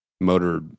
motor